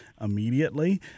immediately